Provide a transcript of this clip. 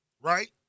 Right